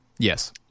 Yes